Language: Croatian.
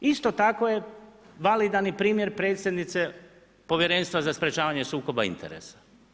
Isto tako je validan i primjer predsjednice Povjerenstva za sprečavanje sukoba interesa.